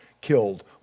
killed